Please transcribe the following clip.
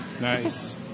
Nice